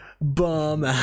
Bum